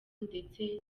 ndetse